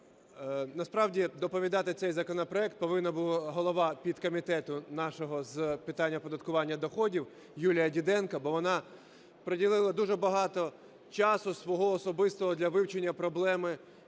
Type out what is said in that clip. Насправді доповідати цей законопроект повинна була голова підкомітету нашого з питань оподаткування доходів Юлія Діденко, бо вона приділила дуже багато часу свого особистого для вивчення проблеми